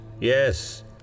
Yes